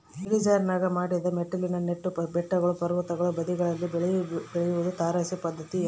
ಇಳಿಜಾರಿನಾಗ ಮಡಿದ ಮೆಟ್ಟಿಲಿನ ನೆಟ್ಟು ಬೆಟ್ಟಗಳು ಪರ್ವತಗಳ ಬದಿಗಳಲ್ಲಿ ಬೆಳೆ ಬೆಳಿಯೋದು ತಾರಸಿ ಪದ್ಧತಿ